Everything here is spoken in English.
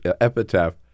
epitaph